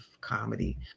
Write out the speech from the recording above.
comedy